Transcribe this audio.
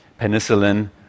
penicillin